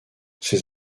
ses